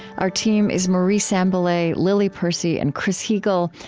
our team is marie sambilay, lily percy, and chris heagle.